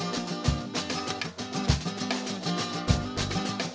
going to like